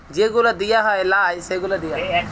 যে গুলা দিঁয়া হ্যয় লায় সে গুলা দিঁয়া